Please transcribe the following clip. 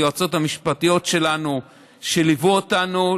היועצות המשפטיות שלנו שליוו אותנו,